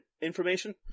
information